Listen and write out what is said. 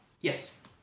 yes